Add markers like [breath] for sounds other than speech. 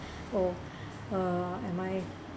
oh [breath] uh am I